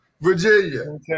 Virginia